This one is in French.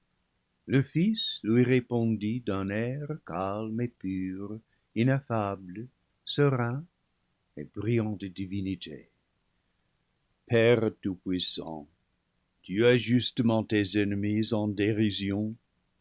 le fils lui répondit d'un air calme et pur ineffable serein et brillant de divinité père tout-puissant tu as justement tes ennemis en déri